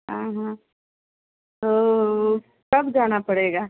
हाँ हाँ तो कब जाना पड़ेगा